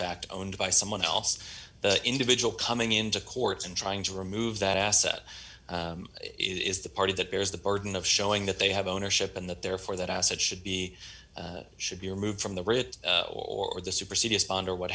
fact owned by someone else the individual coming into courts and trying to remove that asset is the party that bears the burden of showing that they have ownership and that therefore that asset should be should be removed from the writ or the supersedeas pond or what